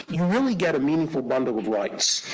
you really get a meaningful bundle of rights.